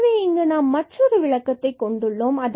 எனவே இங்கு நாம் மற்றொரு விளக்கத்தை கொண்டுள்ளோம்